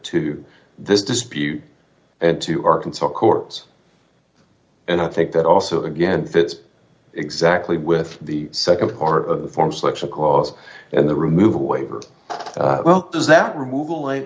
to this dispute and to arkansas courts and i think that also again fits exactly with the nd part of the form selection cause and the removal waiver does that removal a